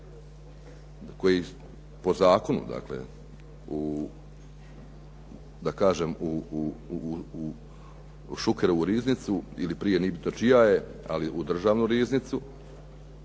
koji po zakonu dakle u da kažem u Šukerovu riznicu ili prije, nije bitno čija je, ali u državnu riznicu,